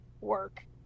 work